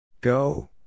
Go